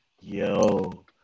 Yo